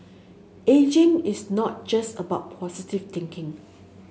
ageing is not just about positive thinking